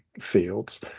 fields